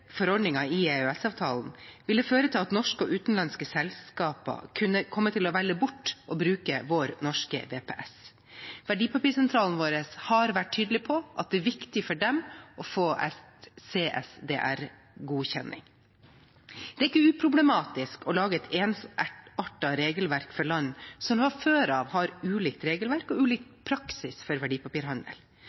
i EØS-avtalen ville føre til at norske og utenlandske selskaper kunne komme til å velge bort å bruke vår norske VPS. Verdipapirsentralen vår har vært tydelig på at det er viktig for dem å få CSDR-godkjenning. Det er ikke uproblematisk å lage et ensartet regelverk for land som fra før av har ulikt regelverk og ulik praksis for verdipapirhandel.